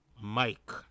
Mike